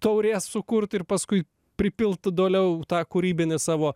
taurės sukurt ir paskui pripilt toliau tą kūrybinį savo